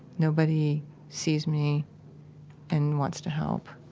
nobody sees me and wants to help.